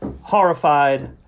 horrified